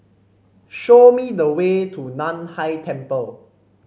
show me the way to Nan Hai Temple